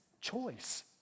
choice